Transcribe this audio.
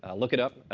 ah look it up.